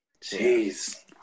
jeez